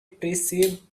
perceived